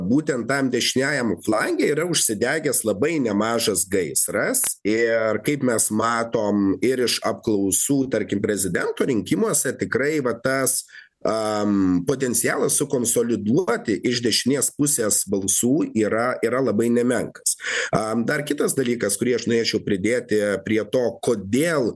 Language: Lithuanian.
būtent tam dešiniajame flange yra užsidegęs labai nemažas gaisras ir kaip mes matome ir iš apklausų tarkim prezidento rinkimuose tikrai va tas potencialas sukonsoliduoti iš dešinės pusės balsų yra yra labai nemenkas dar kitas dalykas kurį aš norėčiau pridėti prie to kodėl